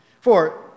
For